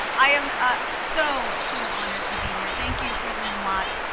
i am ah so, so honored to be here, thank you president amott,